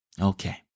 Okay